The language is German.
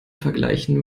vergleichen